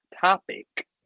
topic